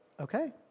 Okay